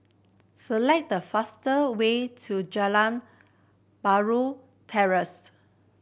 select the fastest way to Geylang Bahru Terrace